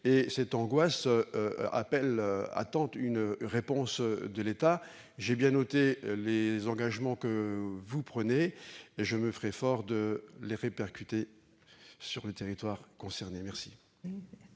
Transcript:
Cette angoisse appelle une réponse de l'État. J'ai bien noté les engagements que vous prenez et je me ferai fort de les répercuter sur le territoire en question.